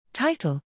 Title